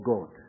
God